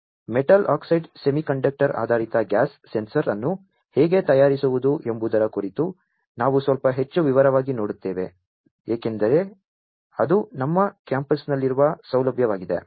ಆದ್ದರಿಂದ metal oxide semiconductor ಆಧಾರಿತ gas sensor ಅನ್ನು ಹೇಗೆ ತಯಾರಿಸುವುದು ಎಂಬುದರ ಕುರಿತು ನಾವು ಸ್ವಲ್ಪ ಹೆಚ್ಚು ವಿವರವಾಗಿ ನೋಡುತ್ತೇವೆ ಏಕೆಂದರೆ ಅದು ನಮ್ಮ ಕ್ಯಾಂಪಸ್ನಲ್ಲಿರುವ ಸೌಲಭ್ಯವಾಗಿದೆ